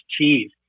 cheese